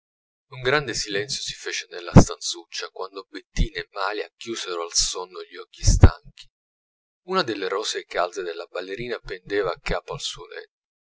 un grande silenzio si fece nella stanzuccia quando bettina e malia chiusero al sonno gli occhi stanchi una delle rosee calze della ballerina pendeva accapo al suo